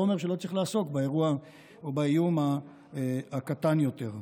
לא אומר שלא צריך לעסוק באירוע או באיום הקטן יותר.